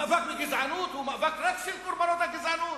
המאבק בגזענות הוא מאבק רק של קורבנות הגזענות?